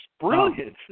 brilliant